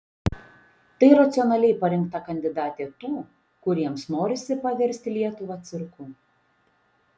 tai racionaliai parinkta kandidatė tų kuriems norisi paversti lietuvą cirku